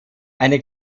eine